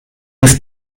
ist